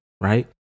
right